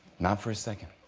not for a second,